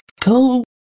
go